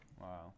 Wow